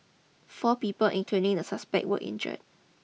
four people including the suspect were injured